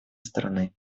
страны